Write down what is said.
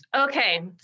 Okay